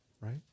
right